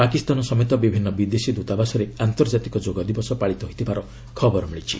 ପାକିସ୍ତାନ ସମେତ ବିଭିନ୍ନ ବିଦେଶୀ ଦୂତାବାସରେ ଆନ୍ତର୍ଜାତିକ ଯୋଗ ଦିବସ ପାଳିତ ହୋଇଥିବାର ଖବର ମିଳିଛି